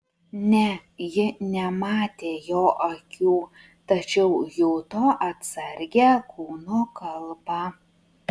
ne ji nematė jo akių tačiau juto atsargią kūno kalbą